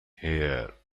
here